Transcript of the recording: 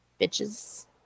Bitches